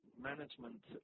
management